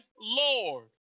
Lord